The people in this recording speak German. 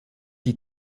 die